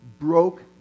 broke